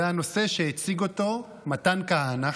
זה הנושא שהציג אותו מתן כהנא,